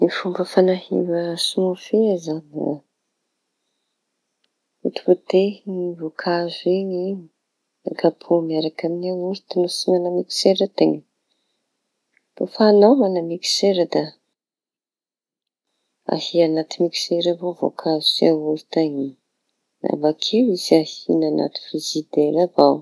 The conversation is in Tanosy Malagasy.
Ny fomba fanahiva smofia izañy potipotehy ny voankazo iñy da kapoha miaraky iaorta no tsy mana miksera teña. Fa añao mana miksera da ahia anaty miksera avao voankazo sy iaorta da bakeo izy bakeo izy ahiana anaty frizidera avao.